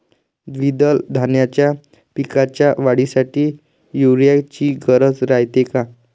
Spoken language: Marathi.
द्विदल धान्याच्या पिकाच्या वाढीसाठी यूरिया ची गरज रायते का?